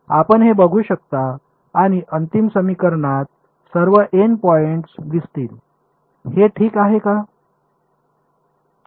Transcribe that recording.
आपण हे बघू शकता आणि अंतिम समीकरणात सर्व एन पॉईंट्स दिसतील हे ठीक आहे का